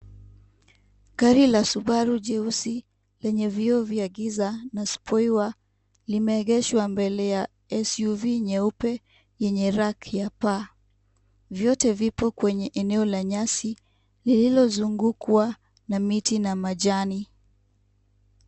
Gari la subaru jeusi lenye vioo vya giza na spoiler limeegeshwa mbele ya SUV nyeupe yenye rack ya paa. Vyote vipo kwenye eneo la nyasi lililozungukwa na miti na majani.